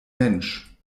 mensch